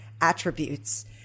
attributes